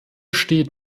steht